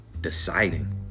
deciding